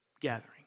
gathering